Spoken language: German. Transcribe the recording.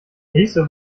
nächste